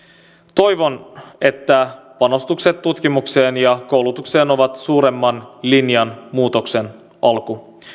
toivon että panostukset tutkimukseen ja koulutukseen ovat suuremman linjanmuutoksen alku